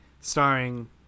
starring